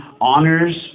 honors